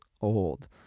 old